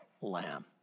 lamb